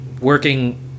working